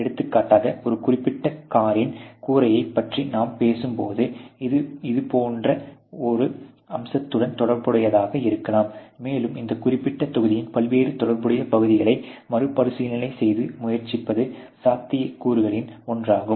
எடுத்துக்காட்டாக ஒரு குறிப்பிட்ட காரின் கூரையைப் பற்றி நாம் பேசும்போது இது இதுபோன்ற ஒரு அம்சத்துடன் தொடர்புடையதாக இருக்கலாம் மேலும் இந்த குறிப்பிட்ட தொகுதியின் பல்வேறு தொடர்புடைய பகுதிகளை மறுபரிசீலனை செய்து முயற்சிப்பது சாத்தியக்கூறுகளில் ஒன்றாகும்